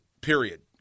period